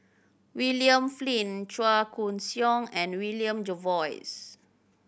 William Flint Chua Koon Siong and William Jervois